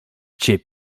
cię